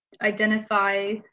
identify